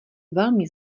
velmi